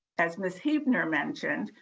as miss heubner mentioned,